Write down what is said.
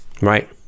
right